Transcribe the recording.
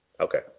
Okay